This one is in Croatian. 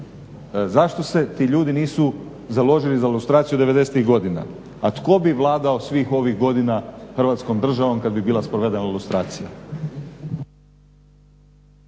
zašto se ti ljudi nisu založili za ilustraciju 90-tih godina a tko bi vladao svih ovih godina Hrvatskom državom kad bi bila sprovedena ilustracija?